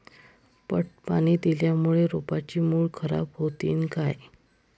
पट पाणी दिल्यामूळे रोपाची मुळ खराब होतीन काय?